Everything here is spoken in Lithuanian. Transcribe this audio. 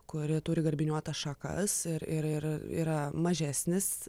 kuri turi garbiniuotas šakas ir ir ir yra mažesnis